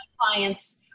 clients